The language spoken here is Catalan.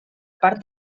part